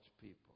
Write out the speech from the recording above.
people